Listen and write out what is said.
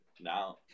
now